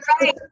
right